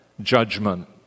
judgment